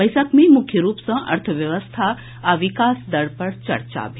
बैसक मे मुख्य रूप सँ अर्थव्यवस्था आ विकास दर पर चर्चा भेल